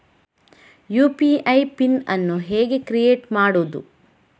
UPI PIN ಅನ್ನು ಹೇಗೆ create ಮಾಡುದು?